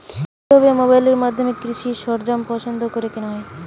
কিভাবে মোবাইলের মাধ্যমে কৃষি সরঞ্জাম পছন্দ করে কেনা হয়?